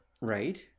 Right